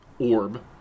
orb